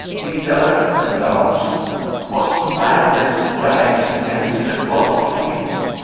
he learnt at last twas madness gibes against a god to fling.